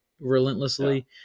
relentlessly